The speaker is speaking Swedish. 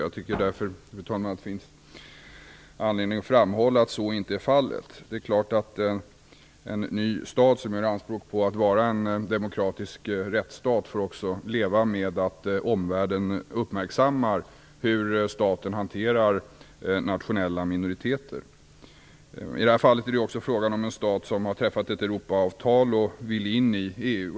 Det finns därför anledning att framhålla att så inte är fallet. Det är självklart att en ny stat som gör anspråk på att vara en demokratisk rättsstat får leva med att omvärlden uppmärksammar hur staten hanterar nationella minoriteter. I detta fall är det också frågan om en stat som har träffat ett Europaavtal och vill in i EU.